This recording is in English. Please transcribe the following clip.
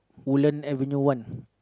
Woodland avenue one